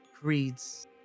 creeds